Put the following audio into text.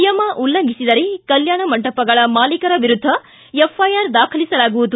ನಿಯಮ ಉಲ್ಲಂಘಿಸಿದರೇ ಕಲ್ಕಾಣ ಮಂಟಪಗಳ ಮಾಲೀಕರ ವಿರುದ್ಧ ಎಫ್ಐಆರ್ ದಾಖಲಿಸಲಾಗುವುದು